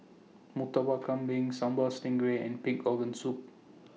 Murtabak Kambing Sambal Stingray and Pig Organ Soup